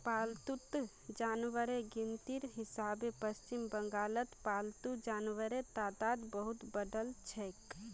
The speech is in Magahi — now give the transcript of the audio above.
पालतू जानवरेर गिनतीर हिसाबे पश्चिम बंगालत पालतू जानवरेर तादाद बहुत बढ़िलछेक